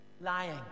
lying